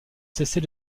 cesser